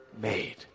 made